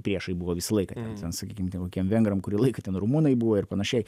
priešai buvo visą laiką ten sakykim ten kokiem vengrams kurį laiką ten rumunai buvo ir panašiai